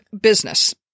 business